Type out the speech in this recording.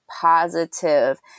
positive